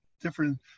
different